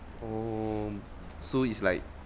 oh so it's like